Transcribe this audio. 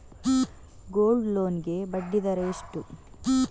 Gold loan ಗೆ ಬಡ್ಡಿ ದರ ಎಷ್ಟು?